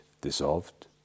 dissolved